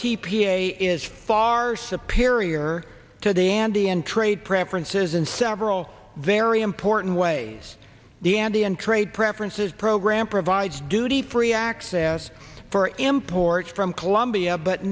t p a is far superior to the andean trade preferences in several very important ways the andean trade preferences program provides duty free access for imports from colombia but